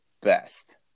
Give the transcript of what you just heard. best